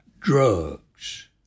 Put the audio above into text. drugs